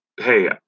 hey